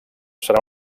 serà